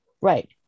Right